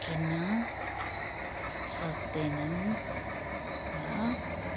किन्न सक्दैनन् र